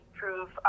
prove